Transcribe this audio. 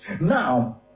Now